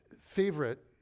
favorite